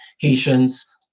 Haitians